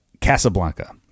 Casablanca